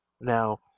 Now